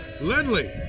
Ledley